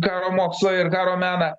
karo mokslą ir karo meną